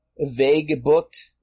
vague-booked